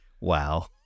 Wow